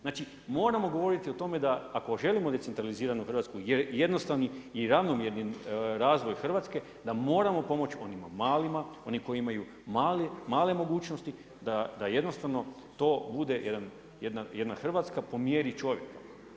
Znači moramo govoriti o tome da ako želimo decentraliziranu Hrvatsku jednostavni i ravnomjerni razvoj Hrvatske da moramo pomoći onima malima, onima koji imaju male mogućnosti da jednostavno to bude jedna Hrvatska po mjeri čovjeka.